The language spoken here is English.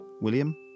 William